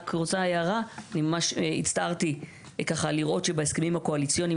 רק הערה הצטערתי לראות שבהסכמים הקואליציוניים,